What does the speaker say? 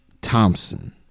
Thompson